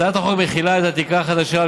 הצעת החוק מחילה את התקרה החדשה על